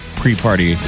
pre-party